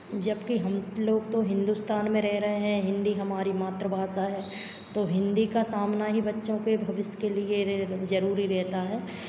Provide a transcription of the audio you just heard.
जबकि हमलोग तो हिन्दुस्तान में रह रहे हैं हिन्दी हमारी मातृ भाषा है तो हिन्दी का सामना ही बच्चों के भविष्य के लिए ये जरूरी रहता है